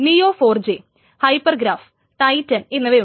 NEO 4J hyper graph Titan എന്നിവയുണ്ട്